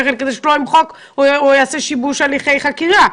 כן כדי שלא ימחק או יעשה שיבוש הליכי חקירה.